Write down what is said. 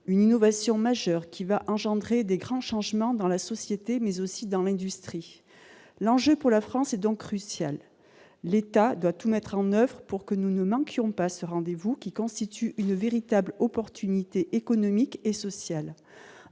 une innovation majeure qui va engendrer de grands changements dans la société, mais aussi dans l'industrie. L'enjeu pour la France est donc crucial. L'État doit tout mettre en oeuvre pour que nous ne manquions pas ce rendez-vous, qui constitue une véritable chance sur les plans économique et social.